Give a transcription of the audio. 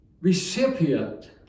recipient